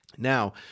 Now